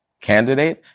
candidate